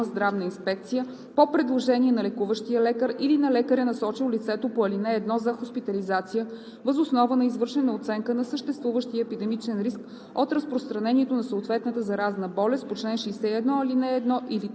здравна инспекция по предложение на лекуващия лекар или на лекаря, насочил лицето по ал. 1 за хоспитализация, въз основа на извършена оценка на съществуващия епидемичен риск от разпространението на съответната заразна болест по чл. 61, ал. 1 или 3.